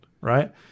right